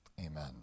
amen